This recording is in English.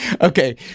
Okay